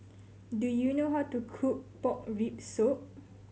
do you know how to cook pork rib soup